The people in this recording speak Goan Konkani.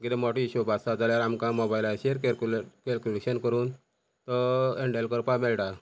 कितें मोटो हिशोब आसा जाल्यार आमकां मोबायलाचेर कॅलक्युलेट कॅलक्युलेशन करून तो हँडल करपा मेळटा